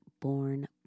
born